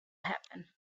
happen